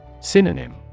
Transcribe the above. Synonym